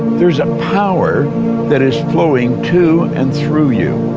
there's a power that is flowing to and through you,